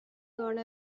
gone